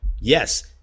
Yes